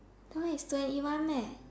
time is Two-N_E-one meh